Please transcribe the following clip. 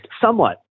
somewhat